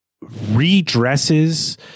redresses